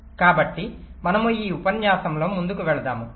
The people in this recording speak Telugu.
కాబట్టి మనము ఈ ఉపన్యాసంతో ముందుకు వెల్దాము